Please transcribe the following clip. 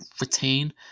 retain